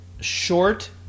short